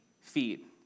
feet